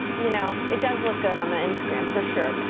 you know it does look good on the instagram for sure.